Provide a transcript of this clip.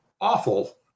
awful